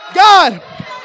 God